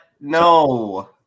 no